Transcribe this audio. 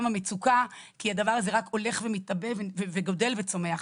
המצוקה כי הדבר הזה רק הולך ומתעבה וגדל וצומח.